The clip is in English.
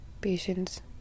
patience